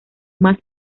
más